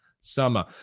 summer